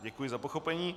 Děkuji za pochopení.